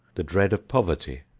the dread of poverty,